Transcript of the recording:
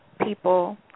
people